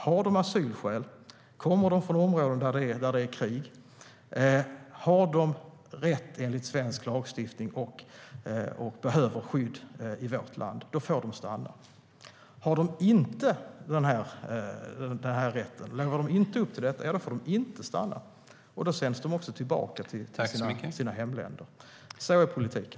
Har de asylskäl, kommer de från områden där det är krig och behöver skydd i vårt land, får de enligt svensk lagstiftning stanna. Har de inte den rätten, om de inte lever upp till detta, får de inte stanna. Då sänds de också tillbaka till sina hemländer. Så är politiken.